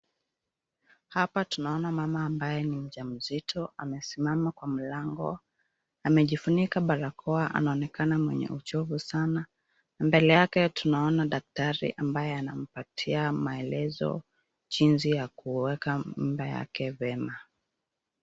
Hapa tunaona mama ambaye ni mjamzito, amesimama kwa mlango. Amejifunika barakoa anaonekana mwenye uchovu sana. Mbele yake tunaona daktari ambaye anampatia maelezo jinsi ya kuweka mimba yake vyema.